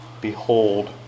Behold